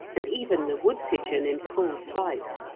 and even the wood-pigeon in full flight.